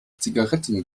zigaretten